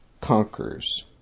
Conquers